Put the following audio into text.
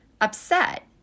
upset